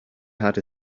had